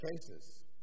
cases